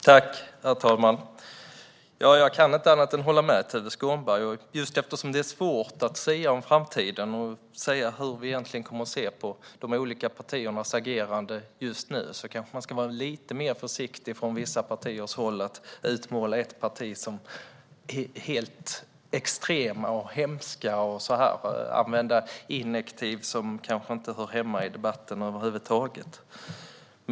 Herr talman! Jag kan inte annat än hålla med Tuve Skånberg. Just eftersom det är svårt att sia om framtiden och säga hur man kommer att se på de olika partiernas agerande kanske man ska vara lite mer försiktig från olika partiers håll att utmåla ett visst parti som extremt och hemskt och använda invektiv som inte hör hemma i debatten.